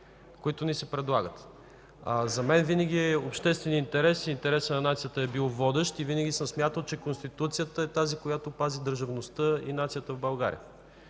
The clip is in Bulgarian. които ни се предлагат. За мен винаги общественият интерес, интересът на нацията е бил водещ. Винаги съм смятал, че Конституцията е тази, която пази държавността и нацията в България.